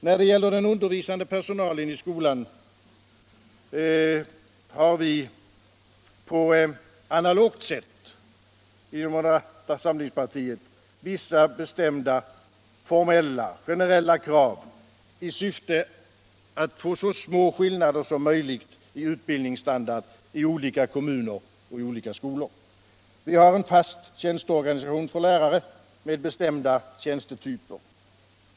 När det gäller den undervisande personalen i skolan har vi i moderata samlingspartiet på analogt sätt vissa bestämda formella och generella krav i syfte att få så små skillnader som möjligt i utbildningsstandarden mellan olika kommuner och olika skolor. Vi har en fast tjänsteorganisation för lärare, med bestämda tjänstetyper.